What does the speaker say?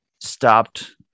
stopped